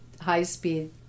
high-speed